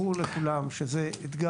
ברור לכולם שזה אתגר.